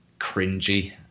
cringy